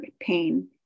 pain